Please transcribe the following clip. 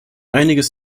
einiges